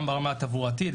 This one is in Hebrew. גם ברמת התברואתית,